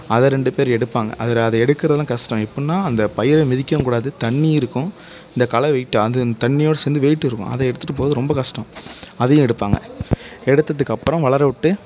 அதை ரெண்டு பேர் எடுப்பாங்க அதில் அதை எடுக்கிறதெல்லாம் கஷ்டம் எப்புடின்னா அந்த பயிரை மிதிக்கவும் கூடாது தண்ணி இருக்கும் இந்த களை வெயிட்டு அது அந்த தண்ணியோடு சேர்ந்து வெயிட் இருக்கும் அதை எடுத்துட்டு போகிறது ரொம்ப கஷ்டம் அதையும் எடுப்பாங்க எடுத்ததுக்கப்புறம் வளர விட்டு